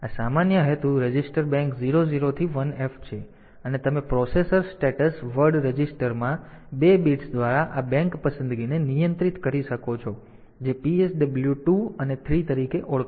તેથી આ સામાન્ય હેતુ રજિસ્ટર બેંક 00 થી 1F છે અને તમે પ્રોસેસર સ્ટેટસ વર્ડ રજિસ્ટરમાં બે બિટ્સ દ્વારા આ બેંક પસંદગીને નિયંત્રિત કરી શકો છો જે PSW 2 અને 3 તરીકે ઓળખાય છે